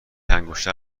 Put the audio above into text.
انگشتر